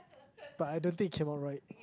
but I don't think it came out right